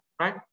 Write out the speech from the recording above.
right